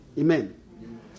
Amen